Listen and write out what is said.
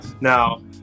Now